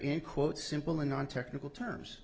in quote simple and non technical terms